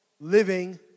Living